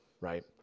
right